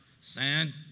sand